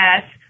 yes